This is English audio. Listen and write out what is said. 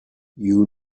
you